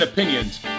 Opinions